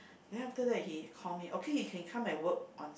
then after that he called me okay you can come and work on